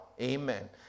Amen